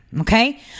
okay